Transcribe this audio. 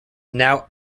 now